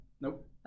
Nope